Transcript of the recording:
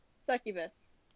Succubus